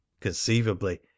conceivably